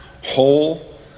whole